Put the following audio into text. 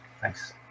Thanks